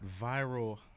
viral